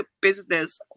Business